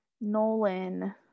Nolan